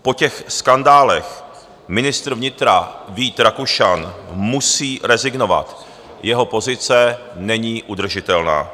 Po těch skandálech ministr vnitra Vít Rakušan musí rezignovat, jeho pozice není udržitelná.